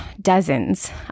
dozens